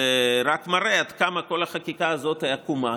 שרק מראה עד כמה כל החקיקה הזאת היא עקומה,